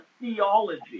theology